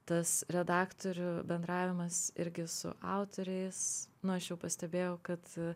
tas redaktorių bendravimas irgi su autoriais nu aš jau pastebėjau kad